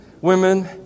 women